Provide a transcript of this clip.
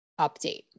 update